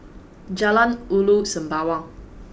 Jalan Ulu Sembawang